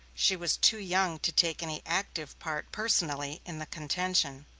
she was too young to take any active part personally in the contention.